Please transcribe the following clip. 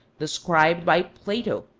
described by plato,